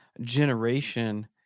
generation